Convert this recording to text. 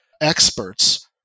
experts